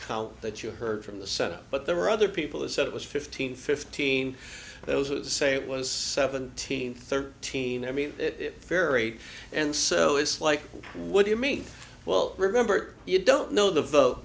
count that you heard from the senate but there were other people who said it was fifteen fifteen those who say it was seventeen thirteen i mean it very and so it's like what do you mean well remember you don't know the vote